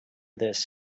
this